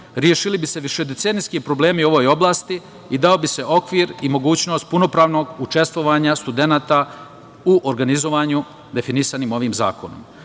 rešili bi se višedecenijski problemi u ovoj oblasti i dao bi se okvir i mogućnost punopravnog učestvovanja studenata u organizovanju definisanim ovim zakonom. Prema